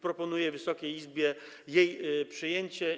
Proponuję Wysokiej Izbie jej przyjęcie.